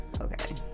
Okay